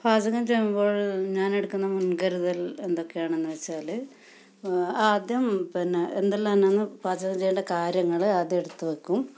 പാചകം ചെയ്യുമ്പോൾ ഞാൻ എടുക്കുന്ന മുൻകരുതൽ എന്തൊക്കെയാണെന്ന് വെച്ചാൽ ആദ്യം പിന്നെ എന്തെല്ലാമാണ് പാചകം ചെയ്യേണ്ട കാര്യങ്ങൾ അതെടുത്ത് വയ്ക്കും